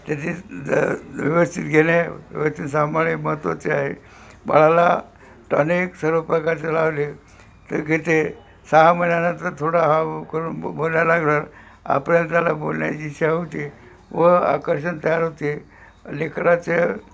त्याची ज व्यवस्थित घेणे व्यवस्थित सांभाळणे महत्त्वाचे आहे बाळाला टॉनिक सर्व प्रकारचे लावले तर काय ते सहा महिन्यातच थोडा हाव करून ब बोलायला लागलं आपल्याला त्याला बोलण्याची इछ्छा होते व आकर्षण तयार होते लेकराचं